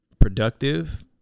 productive